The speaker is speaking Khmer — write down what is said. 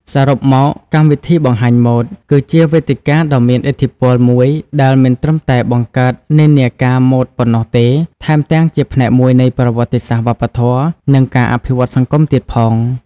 សរុបមក កម្មវិធីបង្ហាញម៉ូដ គឺជាវេទិកាដ៏មានឥទ្ធិពលមួយដែលមិនត្រឹមតែបង្កើតនិន្នាការម៉ូដប៉ុណ្ណោះទេ ថែមទាំងជាផ្នែកមួយនៃប្រវត្តិសាស្ត្រវប្បធម៌ និងការអភិវឌ្ឍសង្គមទៀតផង។